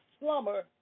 slumber